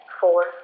Four